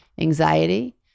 Anxiety